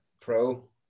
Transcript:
pro